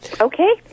Okay